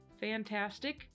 fantastic